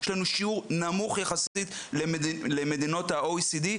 יש לנו שיעור נמוך יחסית למדינות ה-OECD.